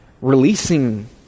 releasing